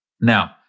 now